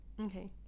Okay